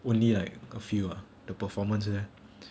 only like a few ah the performance there